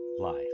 life